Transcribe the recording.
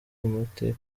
amateka